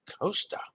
Costa